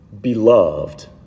beloved